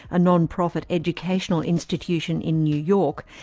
a non-profit educational institution in new york,